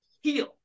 heal